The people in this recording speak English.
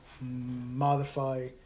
modify